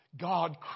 God